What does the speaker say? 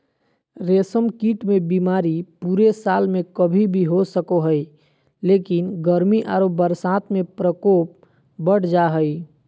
रेशम कीट मे बीमारी पूरे साल में कभी भी हो सको हई, लेकिन गर्मी आरो बरसात में प्रकोप बढ़ जा हई